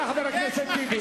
חבר הכנסת טיבי.